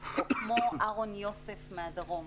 או כמו אהרון יוסף מהדרום,